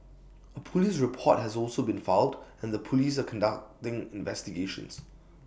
A Police report has also been filed and the Police are conducting investigations